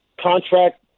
contract